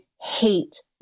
hate